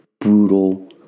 Brutal